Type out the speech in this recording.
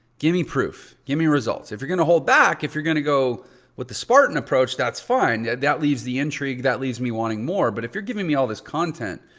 give me proof, give me results. if you're going to hold back, if you're going to go with the spartan approach, that's fine. yeah that leaves the intrigue. that leaves me wanting more. but if you're giving me me all this content,